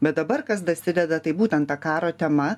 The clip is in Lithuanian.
bet dabar kas dasideda tai būtent ta karo tema